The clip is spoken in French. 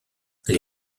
les